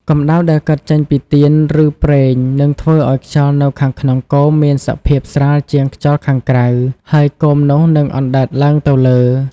កម្តៅដែលកើតចេញពីទៀន ឬប្រេងនឹងធ្វើឲ្យខ្យល់នៅខាងក្នុងគោមមានសភាពស្រាលជាងខ្យល់ខាងក្រៅ ហើយគោមនោះនឹងអណ្តែតឡើងទៅលើ។